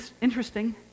interesting